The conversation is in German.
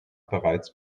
bereits